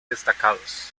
destacados